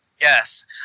yes